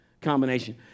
combination